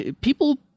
people